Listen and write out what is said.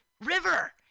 river